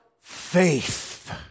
faith